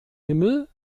himmel